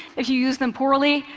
if you use them poorly,